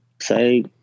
say